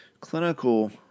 clinical